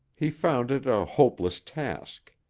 he found it a hopeless task.